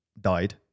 died